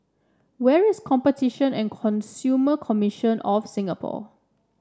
where is Competition and Consumer Commission of Singapore